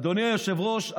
אדוני היושב-ראש,